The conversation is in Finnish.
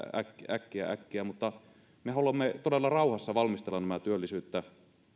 äkkiä äkkiä me todella haluamme rauhassa valmistella nämä